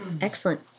Excellent